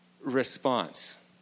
response